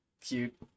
Cute